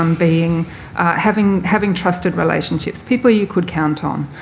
um being having having trusted relationships, people you could count on,